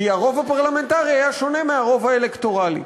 כי הרוב הפרלמנטרי היה שונה מהרוב האלקטורלי.